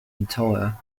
entire